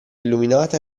illuminata